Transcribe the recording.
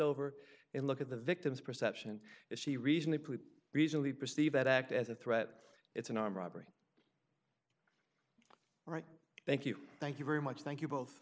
over and look at the victim's perception is she recently put reasonably perceive that act as a threat it's an armed robbery all right thank you thank you very much thank you both